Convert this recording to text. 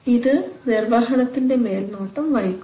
ഇത് നിർവഹണത്തിൻറെ മേൽനോട്ടം വഹിക്കുന്നു